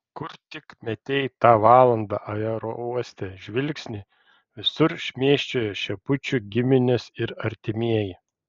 kur tik metei tą valandą aerouoste žvilgsnį visur šmėsčiojo šepučių giminės ir artimieji